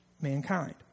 mankind